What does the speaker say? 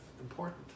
important